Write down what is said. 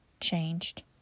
changed